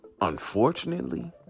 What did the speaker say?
Unfortunately